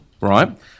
right